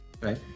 Right